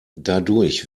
dadurch